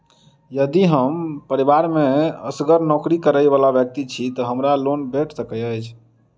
यदि हम परिवार मे असगर नौकरी करै वला व्यक्ति छी तऽ हमरा लोन भेट सकैत अछि?